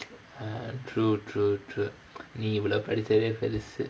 !hais! true true true நீ இவளோ படிச்சதே பெருசு:nee ivalo padichathae perusu